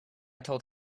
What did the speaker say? told